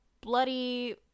bloody